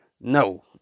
no